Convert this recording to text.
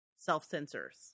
self-censors